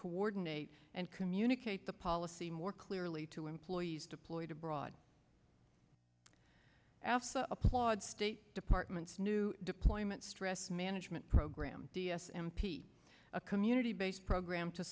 coordinate and communicate the policy more clearly to employees deployed abroad asked applaud state departments new deployment stress management program d s m p a community based program to